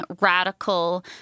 radical